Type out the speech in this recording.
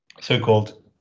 so-called